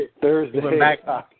Thursday